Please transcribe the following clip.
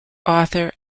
author